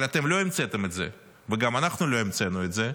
אבל אתם לא המצאתם את זה וגם אנחנו לא המצאנו את זה,